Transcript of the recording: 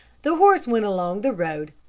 the horse went along the road,